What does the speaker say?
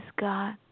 God